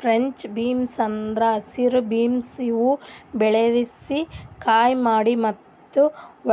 French beans ಅಂದುರ್ ಹಸಿರು beans ಇವು ಬೆಳಿಸಿ, ಕೊಯ್ಲಿ ಮಾಡಿ ಮತ್ತ